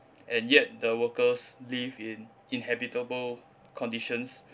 and yet the workers live in inhabitable conditions